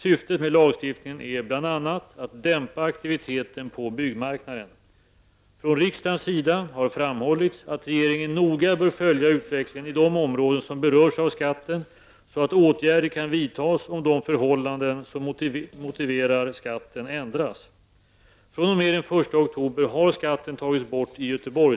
Syftet med lagstiftningen är bl.a. att dämpa aktiviteten på byggmarknaden. Från riksdagens sida har framhållits att regeringen noga bör följa utvecklingen i de områden som berörs av skatten, så att åtgärder kan vidtas om de förhållanden som motiverar att skatten ändras.